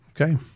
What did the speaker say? Okay